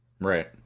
Right